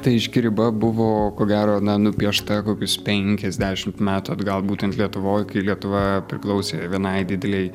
tai aiški riba buvo ko gero na nupiešta kokius penkiasdešimt metų atgal būtent lietuvoj kai lietuva priklausė vienai didelei